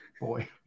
Boy